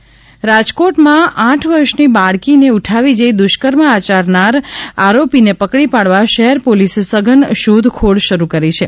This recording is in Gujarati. દુષ્કર્મ તપાસ રાજકોટમાં આઠ વર્ષની બાળકીને ઉઠાવી જઇ દુષ્કર્મ આયરનારા આરોપીને પકડી પાડવા શહેર પોલીસે સઘન શોધખોળ શરૂ કરી છે